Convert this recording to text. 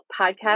podcast